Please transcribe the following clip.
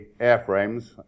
airframes